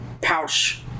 pouch